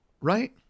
right